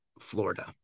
Florida